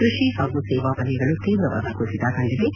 ಕ್ಕಷಿ ಹಾಗೂ ಸೇವಾ ವಲಯಗಳು ತೀವ್ರವಾದ ಕುಸಿತ ಕಂಡಿವೆ